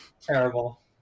Terrible